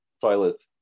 toilet